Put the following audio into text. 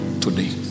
today